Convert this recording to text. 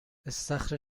استخر